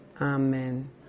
Amen